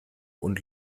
und